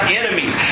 enemies